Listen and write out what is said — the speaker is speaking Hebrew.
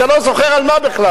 אתה לא זוכר על מה בכלל.